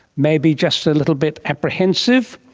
maybe just a little bit apprehensive?